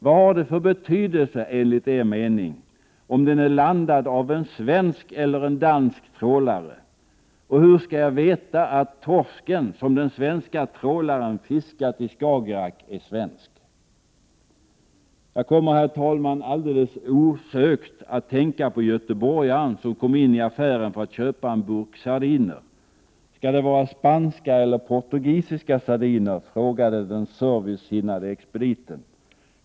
Vad har det för betydelse, enligt er mening, om den är landad av en svensk eller en dansk trålare? Och hur skall jag veta att torsken som den svenska trålaren fiskat i Skagerrak är svensk? Jag kommer, herr talman, alldeles osökt att tänka på göteborgaren som kom in i affären för att köpa en burk sardiner. Skall det vara spanska eller portugisiska sardiner? frågade den servicesinnade expediten.